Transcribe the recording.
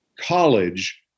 college